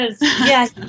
Yes